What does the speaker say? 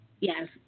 Yes